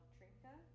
Trinka